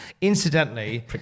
Incidentally